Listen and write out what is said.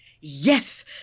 Yes